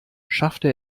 schaffte